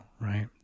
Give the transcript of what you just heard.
Right